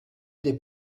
des